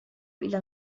إلى